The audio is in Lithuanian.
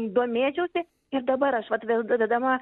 domėčiausi ir dabar aš vat vėl dadedama